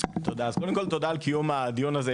אז קודם כל תודה על קיום הדיון הזה.